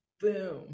boom